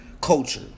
culture